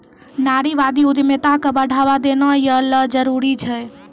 नारीवादी उद्यमिता क बढ़ावा देना यै ल जरूरी छै